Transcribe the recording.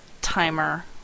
timer